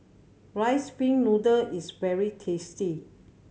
Rice Pin Noodles is very tasty